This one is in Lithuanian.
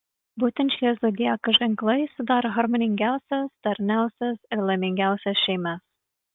būtent šie zodiako ženklai sudaro harmoningiausias darniausias ir laimingiausias šeimas